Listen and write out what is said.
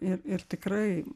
ir ir tikrai